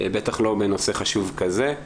בטח לא בנושא חשוב כזה,